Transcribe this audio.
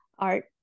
Art